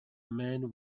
men